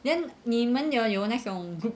then 你们的有那种 group